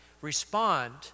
respond